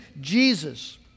Jesus